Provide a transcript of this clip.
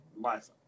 life